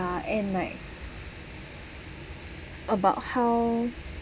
and like about how